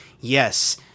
yes –